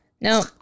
No